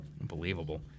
Unbelievable